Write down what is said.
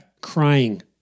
Crying